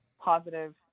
positive